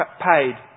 paid